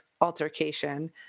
altercation